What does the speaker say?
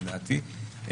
לדעתי,